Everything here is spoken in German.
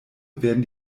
werden